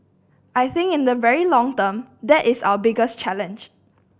I think in the very long term that is our biggest challenge